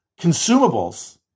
consumables